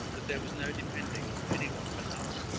that there was no depending on any one but us.